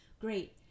Great